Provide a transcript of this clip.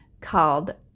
called